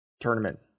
tournament